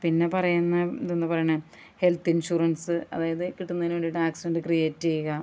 പിന്നെ പറയുന്നത് ഇതെന്ന് പറഞ്ഞാൽ ഹെൽത്ത് ഇൻഷുറൻസ് അതായത് കിട്ടുന്നതിന് വേണ്ടിയിട്ട് ആക്സിഡൻ്റ് ക്രിയേറ്റ് ചെയ്യുക